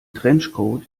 trenchcoat